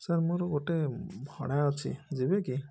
sir ମୋର ଗୋଟେ ଭଡ଼ା ଅଛି ଯିବେକି